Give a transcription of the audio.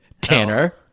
Tanner